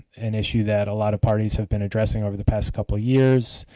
an issue that a lot of parties have been addressing over the past couple years,